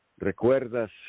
recuerdas